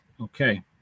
okay